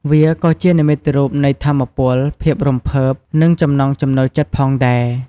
វាក៏ជានិមិត្តរូបនៃថាមពល ភាពរំភើប និងចំណង់ចំណូលចិត្តផងដែរ។